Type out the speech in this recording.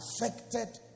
affected